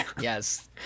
yes